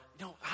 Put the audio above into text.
no